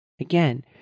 Again